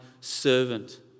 servant